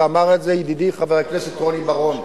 ואמר את זה ידידי חבר הכנסת רוני בר-און,